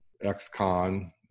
ex-con